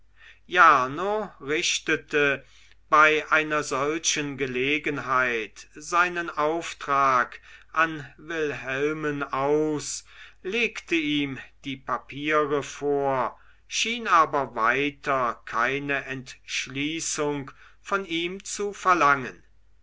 jarno richtete bei einer solchen gelegenheit seinen auftrag an wilhelmen aus legte ihm die papiere vor schien aber weiter keine entschließung von ihm zu verlangen